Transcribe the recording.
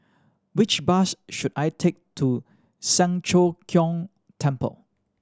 which bus should I take to Siang Cho Keong Temple